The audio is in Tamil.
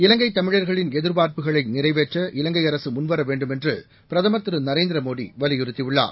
இவங்கை தமிழர்களின் எதிர்பார்ப்புகளை நிறைவேற்ற இவங்கை அரசு முன்வர வேண்மென்று பிரதமர் திரு நரேந்திரமோடி வலியுறுத்தியுள்ளார்